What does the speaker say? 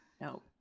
no